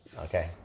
Okay